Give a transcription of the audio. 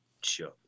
sure